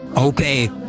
Okay